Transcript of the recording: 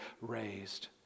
raised